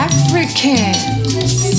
Africans